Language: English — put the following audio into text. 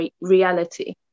reality